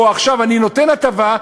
או עכשיו אני נותן הטבה,